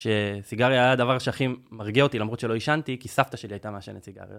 שסיגריה היה הדבר שהכי מרגיע אותי, למרות שלא עישנתי, כי סבתא שלי הייתה מעשנת סיגריות.